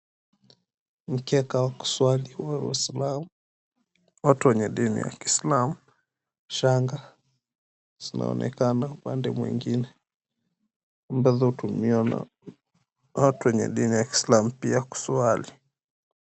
Mkeka wa kuswali wa waislamu. Watu wenye dini ya kiislamu, shanga, zinaonekana upande mwingine, ambazo hutumiwa na watu wenye dini ya kiislamu pia kuswali.